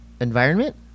environment